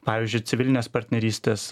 pavyzdžiui civilinės partnerystės